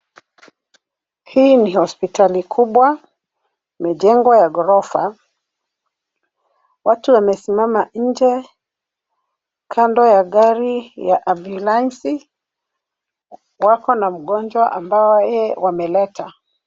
Hii ni hospitali kubwa, mijengo ya ghorofa. Watu wamesimama nje kando ya gari ya ambulensi. Wako na mgonjwa ambaye wameleta.